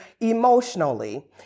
emotionally